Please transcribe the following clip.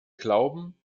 glauben